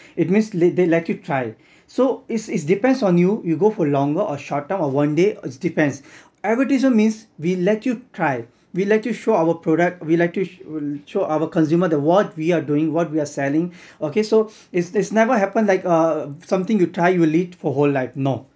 it means they let you try so it it depends on you you go for longer a shorter or one day it depends advertisement means we let you try we like to show our product we like to show our consumer that we are doing what we are selling okay so its never happened like uh something you try you will live for whole life no